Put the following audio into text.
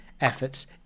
efforts